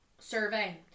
survey